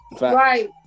Right